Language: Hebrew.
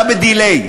אתה ב-delay.